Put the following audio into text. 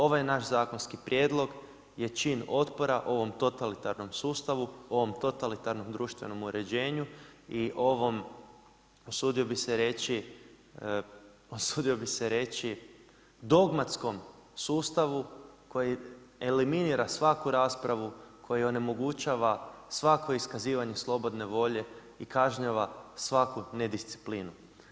Ovaj naš zakonski prijedlog je čin otpora ovom totalitarnom sustavu, ovom totalitarnom društvenom uređenju i ovom usudio bih se reći dogmatskom sustavu koji eliminira svaku raspravu koju onemogućava svako iskazivanje slobodne volje i kažnjava svaku nedisciplinu.